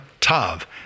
Tav